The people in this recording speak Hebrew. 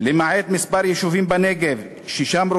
למעט כמה יישובים בנגב,